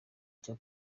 cya